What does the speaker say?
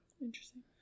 Interesting